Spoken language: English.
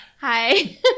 Hi